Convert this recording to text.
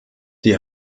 die